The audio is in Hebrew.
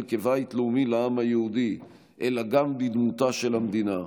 כבית לאומי לעם היהודי אלא גם בדמותה של המדינה.